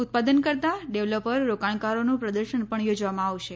ઉત્પાદનકર્તા developer રોકાણકારોનું પ્રદર્શન પણ યોજવામાં આવશે